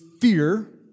fear